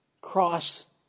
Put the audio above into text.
cross